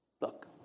Look